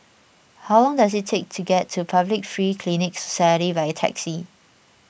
how long does it take to get to Public Free Clinic Society by taxi